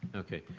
okay,